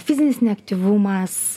fizinis neaktyvumas